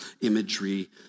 imagery